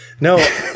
no